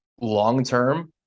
long-term